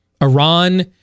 iran